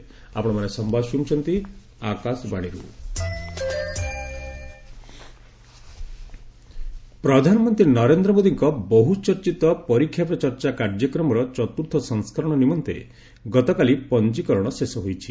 ପରୀକ୍ଷା ପେ ଚଚ୍ଚା ପ୍ରଧାନମନ୍ତ୍ରୀ ନରେନ୍ଦ୍ର ମୋଦୀଙ୍କ ବହୁଚର୍ଚ୍ଚିତ 'ପରୀକ୍ଷା ପେ ଚର୍ଚ୍ଚା' କାର୍ଯ୍ୟକ୍ରମର ଚତୁର୍ଥ ସଂସ୍କରଣ ନିମନ୍ତେ ଗତକାଲି ପଞ୍ଜୀକରଣ ଶେଷ ହୋଇଛି